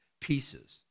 pieces